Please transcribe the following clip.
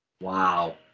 Wow